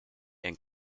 and